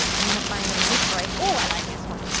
and i'm gonna find a nice bright. ooh! i like this one.